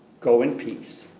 go in peace.